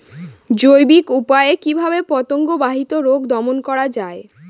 জৈবিক উপায়ে কিভাবে পতঙ্গ বাহিত রোগ দমন করা যায়?